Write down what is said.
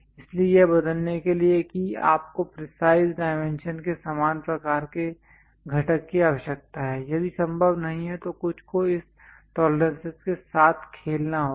इसलिए यह बदलने के लिए कि आपको प्रिसाइज डायमेंशन के समान प्रकार के घटक की आवश्यकता है यदि संभव नहीं है तो कुछ को इस टॉलरेंसेस के साथ खेलना होगा